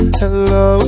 hello